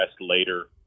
later